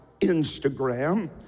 Instagram